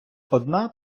одна